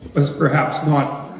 was perhaps not